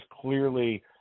clearly